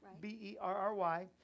B-E-R-R-Y